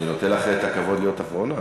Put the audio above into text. אני נותן לך את הכבוד להיות אחרונה.